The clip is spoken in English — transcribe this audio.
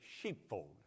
sheepfold